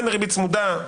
לגבי ריבית צמודה,